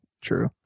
True